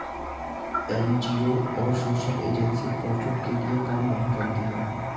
NGO और social agency profit के लिए काम नहीं करती है